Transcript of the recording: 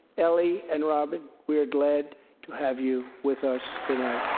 ellie and robin, we are glad to have you with us tonight.